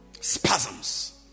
spasms